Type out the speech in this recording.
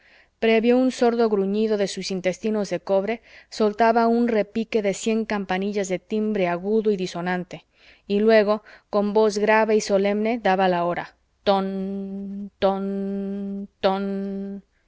previo un sordo gruñido de sus intestinos de cobre soltaba un repique de cien campanillas de timbre agudo y disonante y luego con voz grave y solemne daba la hora tón tón tón